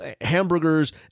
hamburgers